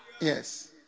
Yes